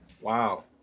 Wow